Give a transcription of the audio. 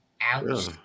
Ouch